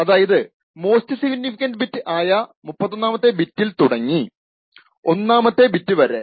അതായതു most significant bit ആയ 31 മത്തെ ബിറ്റിൽ തുടങ്ങി 1 മത്തെ ബിറ്റ് വരെ